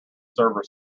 server